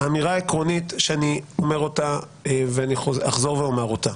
אמירה עקרונית שאני אומר אותה ואני אחזור ואומר אותה.